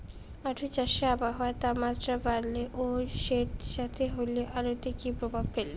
আলু চাষে আবহাওয়ার তাপমাত্রা বাড়লে ও সেতসেতে হলে আলুতে কী প্রভাব ফেলবে?